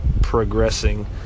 progressing